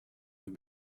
have